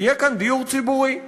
יהיה כאן דיור ציבורי,